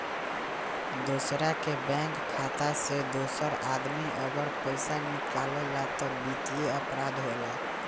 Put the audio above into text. दोसरा के बैंक खाता से दोसर आदमी अगर पइसा निकालेला त वित्तीय अपराध होला